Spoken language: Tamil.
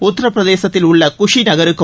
உத்தரபிரதேசத்தில் உள்ள குஷி நகருக்கும்